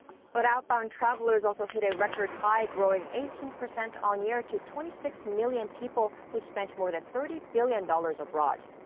but outbound travelers also hit a record high, growing eighteen percent on-year to twenty six million people, who spent more than thirty billion dollars abroad.